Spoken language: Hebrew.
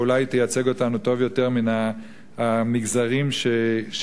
ואולי היא תייצג אותנו טוב יותר מהמגזרים שממדרים